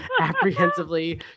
apprehensively